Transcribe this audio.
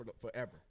forever